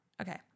Okay